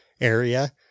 area